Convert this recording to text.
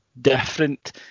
different